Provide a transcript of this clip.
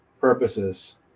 purposes